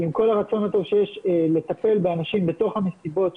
אבל עם כל הרצון הטוב שיש לטפל באנשים בתוך המסיבות,